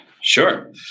Sure